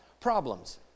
problems